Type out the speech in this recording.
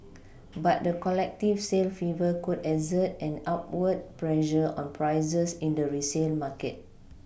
but the collective sale fever could exert an upward pressure on prices in the resale market